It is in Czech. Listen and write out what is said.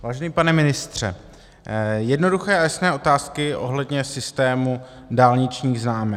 Vážený pane ministře, jednoduché a jasné otázky ohledně systému dálničních známek.